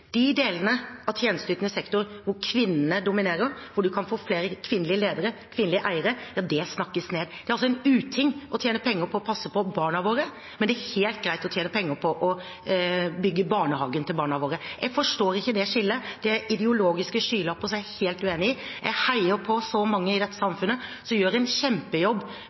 De delene av tjenesteytende sektor hvor kvinnene dominerer, hvor man kan få flere kvinnelige ledere, kvinnelige eiere, snakkes ned. Det er altså en uting å tjene penger på å passe på barna våre, men det er helt greit å tjene penger på å bygge barnehagen til barna våre. Jeg forstår ikke det skillet. Det er å ha ideologiske skylapper, som jeg er helt uenig i. Jeg heier på så mange i dette samfunnet som gjør en kjempejobb,